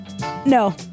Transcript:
No